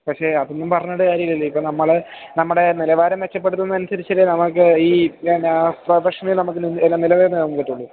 പക്ഷേ അതൊന്നും പറഞ്ഞിട്ട് കാര്യമില്ലല്ലോ ഇപ്പോൾ നമ്മളെ നമ്മുടെ നിലവാരം മെച്ചപ്പെടുത്തുന്നതനുസരിച്ചല്ലേ നമുക്ക് ഈ എന്ന പ്രൊഫഷൻ നമുക്ക് നില നിർത്താൻ പറ്റുകയുള്ളൂ